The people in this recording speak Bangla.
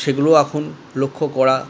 সেগুলো এখন লক্ষ্য করা